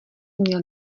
měl